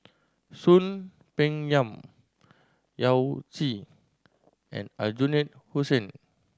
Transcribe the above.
Soon Peng Yam Yao Zi and Aljunied Hussein